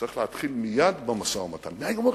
צריך להתחיל מייד במשא-ומתן, מהיום הראשון.